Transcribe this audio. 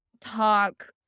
talk